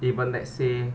even let's say